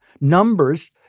Numbers